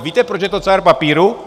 Víte, proč je to cár papíru?